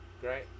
great